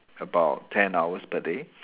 about ten hours per day